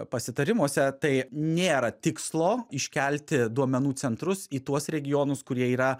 pasitarimuose tai nėra tikslo iškelti duomenų centrus į tuos regionus kurie yra